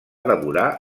devorar